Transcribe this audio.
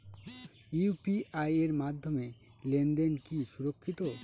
UPI এর মাধ্যমে লেনদেন কি সুরক্ষিত?